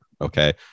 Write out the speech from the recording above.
Okay